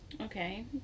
Okay